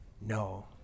No